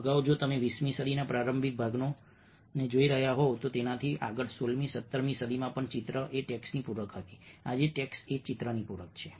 અગાઉ જો તમે 20મી સદીના પ્રારંભિક ભાગને જોઈ રહ્યા હોવ તો તેનાથી આગળ 16 17મી સદીમાં પણ ચિત્ર એ ટેક્સ્ટની પૂરક હતી આજે ટેક્સ્ટ એ ચિત્રની પૂરક છે